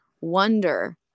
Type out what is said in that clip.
Wonder